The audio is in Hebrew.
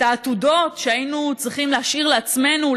את העתודות שהיינו צריכים להשאיר לעצמנו,